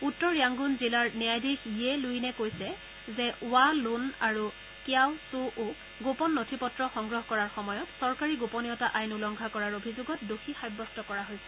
উত্তৰ য়াংণ্ডণ জিলাৰ ন্যায়াধীশ য়ে লুইনে কৈছে যে ৱা লোন আৰু ক্যাও ছো ওক গোপন নথি পত্ৰ সংগ্ৰহ কৰাৰ সময়ত চৰকাৰী গোপনীয়তা আইন উলংঘা কৰাৰ অভিযোগত দোষী সাব্যস্ত কৰা হৈছে